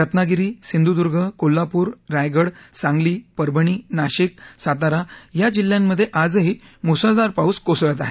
रत्नागिरी सिंधुदूर्ग कोल्हापूर रायगड सांगली परभणी नाशिक सातारा जिल्ह्यांमधे आजही मुसळधार पाऊस कोसळत आहे